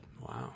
Wow